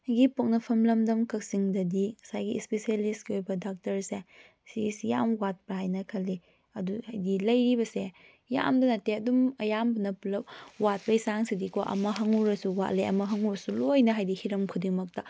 ꯑꯩꯒꯤ ꯄꯣꯛꯅꯐꯝ ꯂꯝꯗꯝ ꯀꯛꯆꯤꯡꯗꯗꯤ ꯉꯁꯥꯏꯒꯤ ꯏꯁꯄꯤꯁꯦꯂꯤꯁꯀꯤ ꯑꯣꯏꯕ ꯗꯥꯛꯇꯔꯁꯦ ꯁꯤꯁꯤ ꯌꯥꯝꯅ ꯋꯥꯠꯄ꯭ꯔꯥ ꯍꯥꯏꯅ ꯈꯜꯂꯤ ꯑꯗꯨ ꯍꯥꯏꯕꯗꯤ ꯂꯩꯔꯤꯕꯁꯦ ꯌꯥꯝꯅ ꯅꯠꯇꯦ ꯑꯗꯨꯝ ꯑꯌꯥꯝꯕꯅ ꯄꯨꯜꯂꯞ ꯋꯥꯠꯄꯒꯤ ꯆꯥꯡꯁꯤꯗꯤꯀꯣ ꯑꯃ ꯍꯪꯉꯨꯔꯁꯨ ꯋꯥꯠꯂꯦ ꯑꯃ ꯍꯪꯉꯨꯔꯁꯨ ꯂꯣꯏꯅ ꯍꯥꯏꯗꯤ ꯍꯤꯔꯝ ꯈꯨꯗꯤꯡꯃꯛꯇ